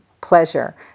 pleasure